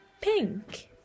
pink